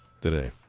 today